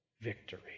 victory